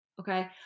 Okay